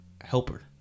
helper